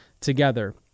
together